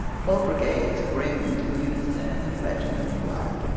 whole brigades grinned in unison, and regiments laughed.